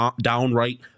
downright